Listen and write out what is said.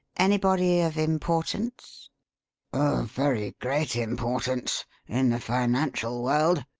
anybody of importance? of very great importance in the financial world,